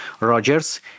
Rogers